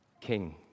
King